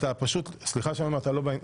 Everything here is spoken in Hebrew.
סליחה שאני אומר,